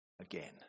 again